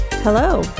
Hello